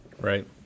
Right